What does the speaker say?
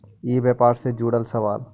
ई व्यापार से जुड़ल सवाल?